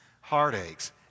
heartaches